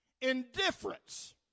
indifference